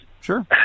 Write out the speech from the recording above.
Sure